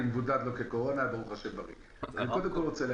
רוצה שאלה בתחילה, אני רוצה